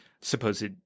supposed